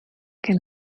can